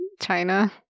China